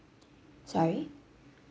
sorry